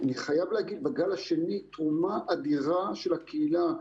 אני חייב להגיד, בגל השני, תרומה אדירה של הקהילה.